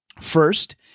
First